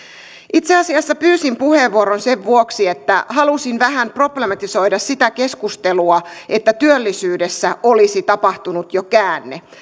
itse asiassa pyysin puheenvuoron sen vuoksi että halusin vähän problematisoida sitä keskustelua että työllisyydessä olisi tapahtunut jo käänne